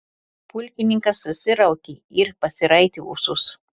pulkininkas susiraukė ir pasiraitę ūsus